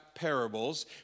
parables